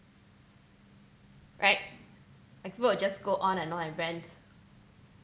right like people will just go on and on and rant